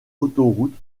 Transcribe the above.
autoroute